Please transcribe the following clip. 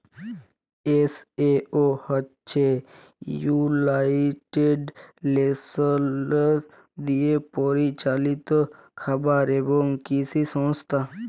FAO হছে united nations দিয়ে পরিচালিত খাবার এবং কিসি সংস্থা